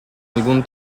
algún